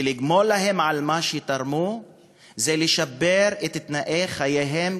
לגמול להם על מה שתרמו זה לשפר את תנאי חייהם,